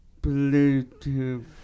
Bluetooth